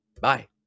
Bye